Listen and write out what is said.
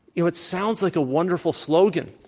you know, it sounds like a wonderful slogan,